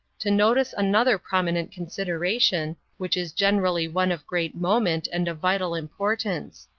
to notice another prominent consideration, which is generally one of great moment and of vital importance.